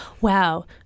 wow